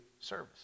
service